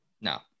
no